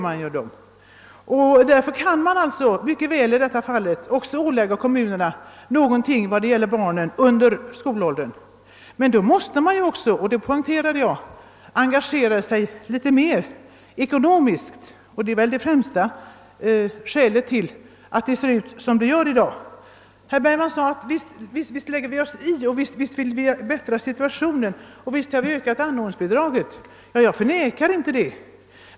Man kan mycket väl ålägga kommunerna uppgifter som också gäller barn under skolåldern, men då måste man, vilket jag också poängterade, engagera sig mer ekonomiskt. Att så inte skett tidigare är väl främsta skälet till att det ser ut som det i dag gör på detta område. Herr Bergman sade att regering och riksdag visst vill lägga sig i denna sak, att anordningsbidraget har ökats och att man över huvud taget önskar förbättra situationen. Jag förnekar inte detta.